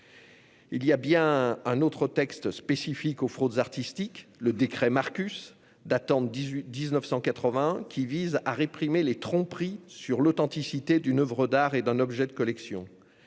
Il y a bien un autre texte spécifique aux fraudes artistiques : le décret Marcus, datant de 1981, qui vise à réprimer les tromperies sur l'authenticité d'une oeuvre d'art et d'un objet de collection.